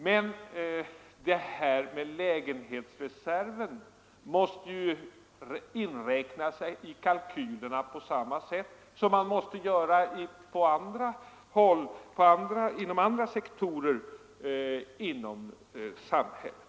Men denna lägenhetsreserv måste inräknas i kalkylerna på samma sätt som man gör inom andra sektorer av samhället.